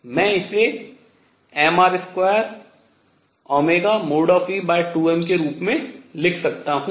मैं इसे mR2e2m के रूप में लिख सकता हूँ